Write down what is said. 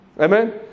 Amen